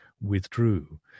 withdrew